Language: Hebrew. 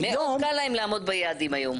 מאוד קל להם לעמוד ביעדים היום.